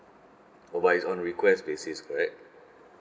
oh but it's on request basis correct